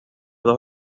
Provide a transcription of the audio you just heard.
dos